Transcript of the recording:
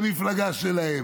למפלגה שלהם.